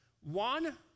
One